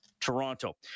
toronto